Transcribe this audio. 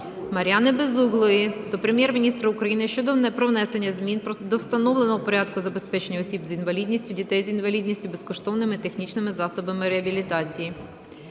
Мар'яни Безуглої до Прем'єр-міністра України про внесення змін до встановленого порядку забезпечення осіб з інвалідністю, дітей з інвалідністю безкоштовними технічними засобами реабілітації.